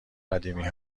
قدیمی